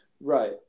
right